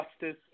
justice